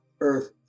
earth